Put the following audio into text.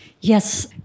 Yes